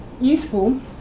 useful